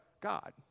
God